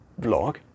vlog